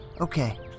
Okay